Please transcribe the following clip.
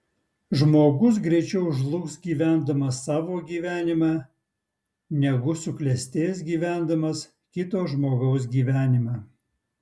žmogus greičiau žlugs gyvendamas savo gyvenimą negu suklestės gyvendamas kito žmogaus gyvenimą